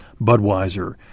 Budweiser